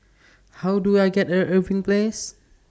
How Do I get A Irving Place